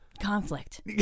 Conflict